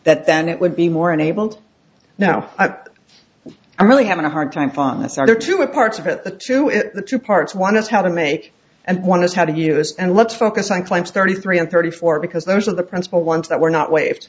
that then it would be more enabled now i'm really having a hard time finding this other two of parts of it the two is the two parts one is how to make and one is how to use and let's focus on claims thirty three and thirty four because those are the principal ones that were not waive